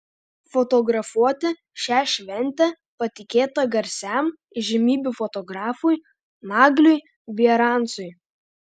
fotografuoti šią šventę patikėta garsiam įžymybių fotografui nagliui bierancui